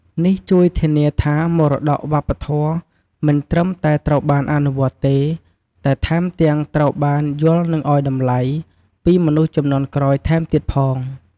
នេះជួយធានាថា មរតកវប្បធម៌មិនត្រឹមតែត្រូវបានអនុវត្តទេ តែថែមទាំងត្រូវបាន យល់ និងឲ្យតម្លៃ ពីមនុស្សជំនាន់ក្រោយថែមទៀតផង។